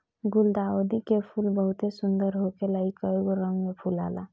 गुलदाउदी के फूल बहुत सुंदर होखेला इ कइगो रंग में फुलाला